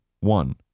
one